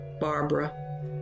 Barbara